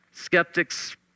skeptics